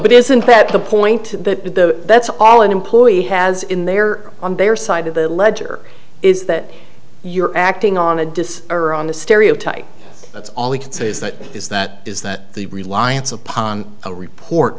but isn't that the point to that's all an employee has in their on their side of the ledger is that you're acting on a disk or on a stereotype that's all we can say is that is that is that the reliance upon a report